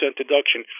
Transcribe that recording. deduction